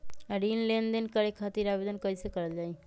ऋण लेनदेन करे खातीर आवेदन कइसे करल जाई?